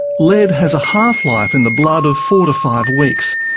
lead has a half-life in the blood of four to five weeks,